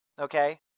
Okay